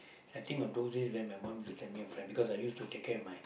I think of those days where my mum is the family or friends because I used to take care of my